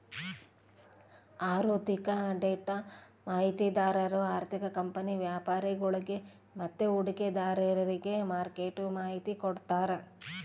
ಆಋಥಿಕ ಡೇಟಾ ಮಾಹಿತಿದಾರು ಆರ್ಥಿಕ ಕಂಪನಿ ವ್ಯಾಪರಿಗುಳ್ಗೆ ಮತ್ತೆ ಹೂಡಿಕೆದಾರ್ರಿಗೆ ಮಾರ್ಕೆಟ್ದು ಮಾಹಿತಿ ಕೊಡ್ತಾರ